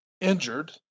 injured